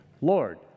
Lord